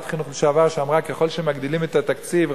או שרת חינוך לשעבר שאמרה: ככל שמגדילים את התקציב,